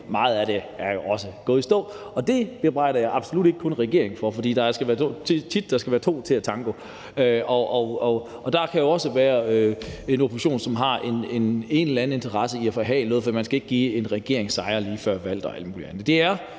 meget af det også er gået i stå. Det bebrejder jeg absolut ikke kun regeringen, for det er tit, der skal være to til en tango, og der kan jo også være en opposition, som har en eller anden interesse i at forhale noget, for man skal ikke give en regering sejre lige før valget